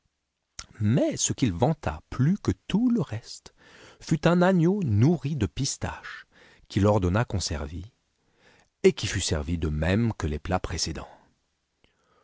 mais ce qu'il vanta plus que tout le reste fut un agneau nourri de pistaches qu'il ordonna qu'on servit et qui fut servi de même que les plats précédents